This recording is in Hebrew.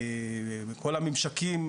כל הממשקים